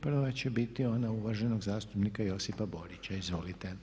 Prva će biti ona uvaženog zastupnika Josipa Borića, izvolite.